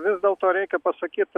vis dėlto reikia pasakyt